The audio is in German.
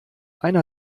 einer